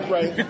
Right